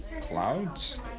Clouds